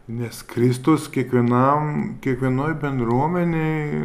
nes kristus kiekvienam kiekvienoj bendruomenėj